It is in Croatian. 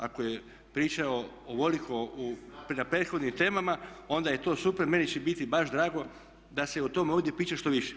Ako je pričao ovoliko na prethodnim temama onda je to super, meni će biti baš drago da se o tome ovdje priča što više.